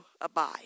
abide